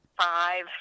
five